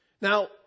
Now